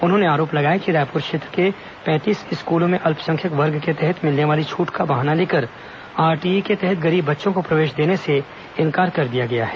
उन्होंने आरोप लगाया कि रायपुर क्षेत्र के पैंतीस स्कूलों में अल्पसंख्यक वर्ग के तहत मिलने वाली छूट का बहाना लेकर आरटीई के तहत गरीब बच्चों को प्रवेश देने से इंकार कर दिया गया है